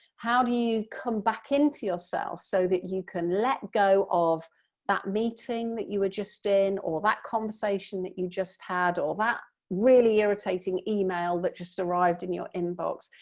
how do you come back into yourself so that you can let go of that meeting that you were just in, or that conversation that you just had, or that really irritating email that just arrived in your inbox.